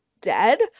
dead